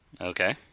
Okay